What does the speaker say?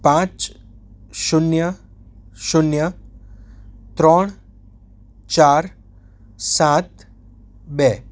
પાંચ શૂન્ય શૂન્ય ત્રણ ચાર સાત બે